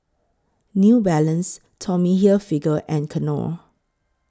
New Balance Tommy Hilfiger and Knorr